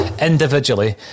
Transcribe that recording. individually